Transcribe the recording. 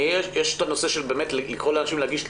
יש את הנושא של לקרוא לאנשים להגיש תלונות,